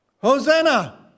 Hosanna